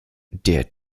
der